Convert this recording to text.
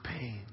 pain